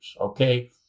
Okay